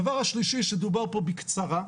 דבר השלישי שדובר פה בקצרה,